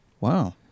Wow